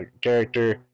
character